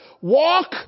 walk